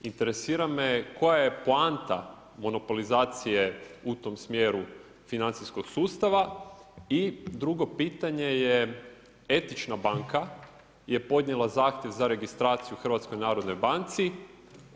Interesira me koja je poanta monopolizacije u tom smjeru financijskog sustava i drugo pitanje je Etična banka je podnijela zahtjev za registraciju HNB-u.